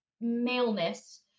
maleness